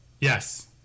Yes